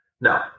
No